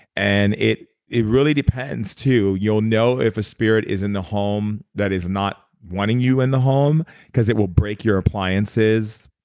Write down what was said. and it it really depends too. you'll know if a spirit is in the home that is not wanting you in the home because it will break your appliances.